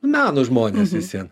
meno žmonės visvien